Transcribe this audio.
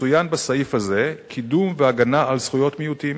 מצוין בסעיף הזה "קידום והגנה על זכויות מיעוטים",